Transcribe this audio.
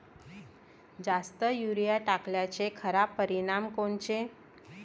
जास्त युरीया टाकल्याचे खराब परिनाम कोनचे?